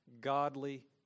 godly